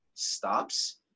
stops